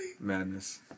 Madness